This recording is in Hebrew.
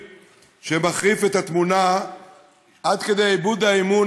שמחריף את התמונה עד כדי איבוד האמון,